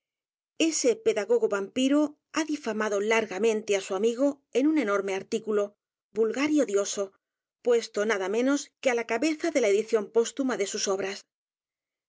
ese pedagogovampiro ha difamado largamente á su amigo en un enorme artículo vulgar y odioso puesto nada menos que á la cabeza de la edición postuma de sus obras